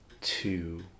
two